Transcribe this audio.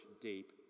deep